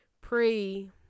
pre